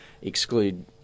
exclude